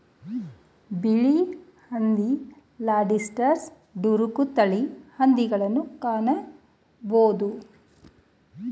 ಬಿಳಿ ಹಂದಿ, Landrace, Duroc ತಳಿಯ ಹಂದಿಗಳನ್ನು ಕಾಣಬೋದು